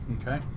Okay